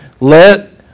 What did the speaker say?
Let